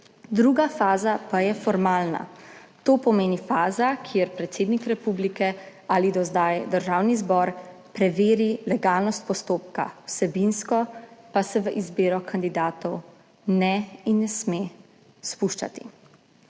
Druga faza pa je formalna, to pomeni faza, kjer predsednik republike ali do zdaj Državni zbor preveri legalnost postopka, vsebinsko pa se v izbiro kandidatov ne spušča in se ne sme spuščati.